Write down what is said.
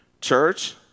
Church